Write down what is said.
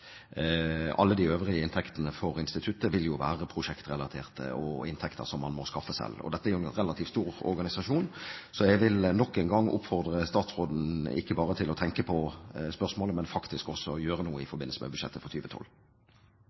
Alle de øvrige inntektene for instituttet vil jo være prosjektrelaterte og inntekter som man må skaffe selv. Dette er en relativt stor organisasjon, så jeg vil nok en gang oppfordre statsråden til ikke bare å tenke på spørsmålet, men faktisk også gjøre noe i forbindelse med budsjettet for